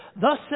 Thus